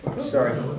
Sorry